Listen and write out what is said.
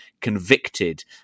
convicted